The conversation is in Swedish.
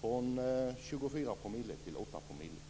från 24 promille till 8 promille.